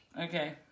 Okay